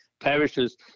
parishes